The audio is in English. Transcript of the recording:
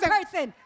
person